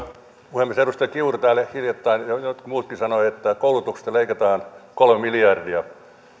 puhemies edustaja kiuru täällä hiljattain sanoi ja jotkut muutkin sanoivat että koulutuksesta leikataan kolme miljardia